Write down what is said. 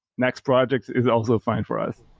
next project is also fine for us.